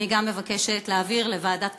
אני גם מבקשת להעביר לוועדת הכלכלה.